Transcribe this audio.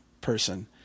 person